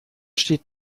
steht